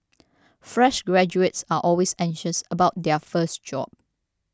fresh graduates are always anxious about their first job